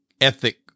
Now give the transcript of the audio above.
ethic